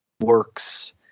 works